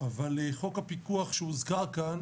אבל חוק הפיקוח שהוזכר כאן,